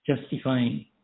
justifying